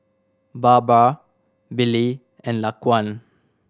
Barbra Billy and Laquan